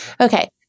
Okay